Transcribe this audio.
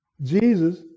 Jesus